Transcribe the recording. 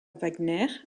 wagner